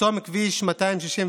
לחסום את כביש 264,